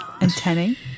Antennae